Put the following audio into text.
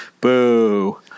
Boo